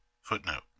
Footnote